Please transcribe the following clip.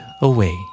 away